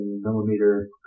millimeter